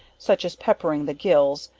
such as peppering the gills,